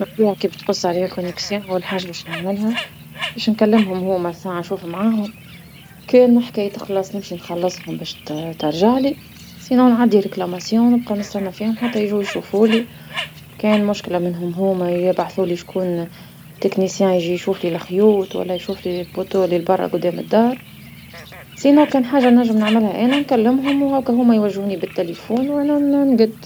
بطبعتي باش تقص عليا الأنترنات أول حاجة باس نعملها باش نكلمهم هوما ساعة نشوفو معاهم كان حكاية خلاص نمشي نخلصهم باش ت- ترجعلي، وإلا نعدي شكوة ونبقى نستنى فيهم حتى يجيو يشوفولي، كان مشكلة منهم هوما يبعتولي شكون مصلح يجي يشوفلي لخيوط ولا يشوفلي لي العمود لي برا قدام الدار، وإلا كان حاجة نجم نعملها انا نكلمهم وهاكا هوما يواجهوني بالتليفون وانا نقد